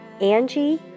Angie